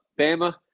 Bama